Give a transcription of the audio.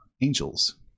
Angels